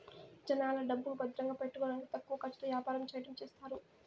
జనాల డబ్బులు భద్రంగా పెట్టుకోడానికి తక్కువ ఖర్చుతో యాపారం చెయ్యడం చేస్తారు